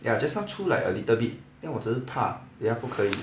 ya just now 出 like a little bit then 我只是怕等下不可以